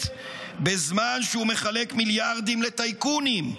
בזמן שהוא מחלק מיליארדים לטייקונים.